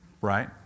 Right